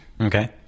okay